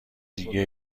دیگه